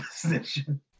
position